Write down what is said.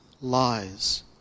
lies